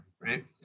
right